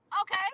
okay